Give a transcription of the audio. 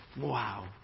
Wow